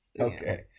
Okay